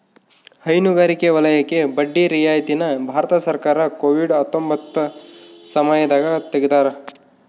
ಹೈನುಗಾರಿಕೆ ವಲಯಕ್ಕೆ ಬಡ್ಡಿ ರಿಯಾಯಿತಿ ನ ಭಾರತ ಸರ್ಕಾರ ಕೋವಿಡ್ ಹತ್ತೊಂಬತ್ತ ಸಮಯದಾಗ ತೆಗ್ದಾರ